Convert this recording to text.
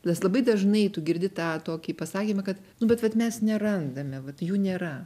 nes labai dažnai tu girdi tą tokį pasakymą kad nu bet vat mes nerandame vat jų nėra